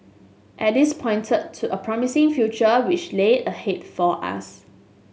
at this pointed to a promising future which lay ahead for us